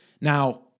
Now